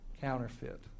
counterfeit